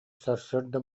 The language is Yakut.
сарсыарда